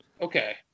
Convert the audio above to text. okay